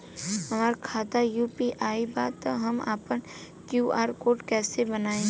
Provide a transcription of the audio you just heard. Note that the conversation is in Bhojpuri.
हमार खाता यू.पी.आई बा त हम आपन क्यू.आर कोड कैसे बनाई?